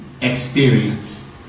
experience